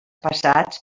passats